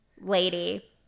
lady